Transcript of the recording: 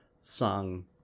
sung